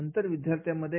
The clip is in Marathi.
नंतर विद्यार्थ्यांमध्ये